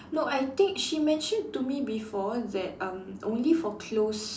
no I think she mentioned to me before that um only for close